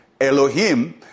Elohim